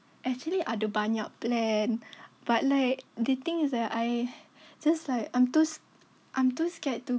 actually ada banyak plan but like the thing is that I just like I'm just I'm too scared to